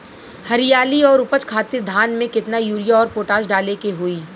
हरियाली और उपज खातिर धान में केतना यूरिया और पोटाश डाले के होई?